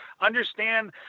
understand